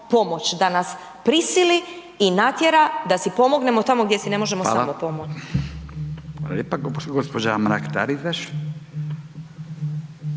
da nas prisili i natjera da si pomognemo tamo gdje si ne možemo samopomoći. **Radin, Furio (Nezavisni)**